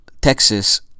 Texas